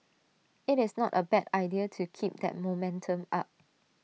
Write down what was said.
IT is not A bad idea to keep that momentum up